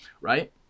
right